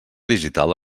digital